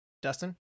Dustin